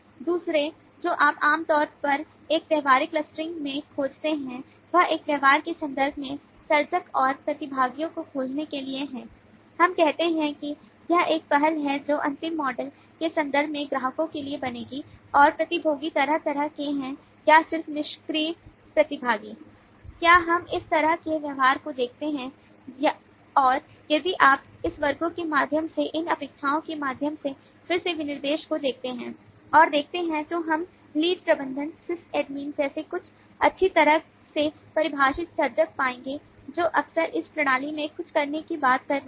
दूसरे जो आप आमतौर पर एक व्यवहारिक क्लस्टरिंग में खोजते हैं वह एक व्यवहार के संदर्भ में सर्जक और प्रतिभागियों को खोजने के लिए है हम कहते हैं कि यह एक पहल है जो अंतिम मॉडल के संदर्भ में ग्राहकों के लिए बनेगी और प्रतिभागी तरह तरह के हैं या सिर्फ निष्क्रिय प्रतिभागी क्या हम इस तरह के व्यवहार को देखते हैं और यदि आप इस वर्गों के माध्यम से इन अपेक्षाओं के माध्यम से फिर से विनिर्देशन को देखते हैं और देखते हैं तो हम लीड प्रबंधक SysAdmin जैसे बहुत अच्छी तरह से परिभाषित सर्जक पाएंगे जो अक्सर इस प्रणाली में कुछ करने की बात कर रहे हैं